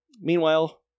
Meanwhile